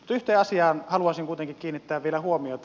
yhteen asiaan haluaisin kuitenkin kiinnittää vielä huomiota